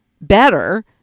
better